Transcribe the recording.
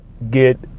get